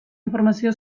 informazio